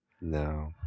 No